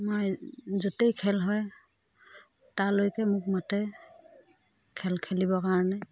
মই য'তেই খেল হয় তালৈকে মোক মতে খেল খেলিবৰ কাৰণে